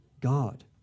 God